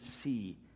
see